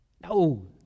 No